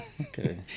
Okay